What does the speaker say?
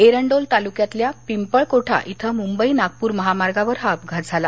एरंडोल तालुक्यातल्या पिंपळकोठा इथं मुंबई नागपूर महामार्गावर हा अपघात झाला